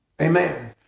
Amen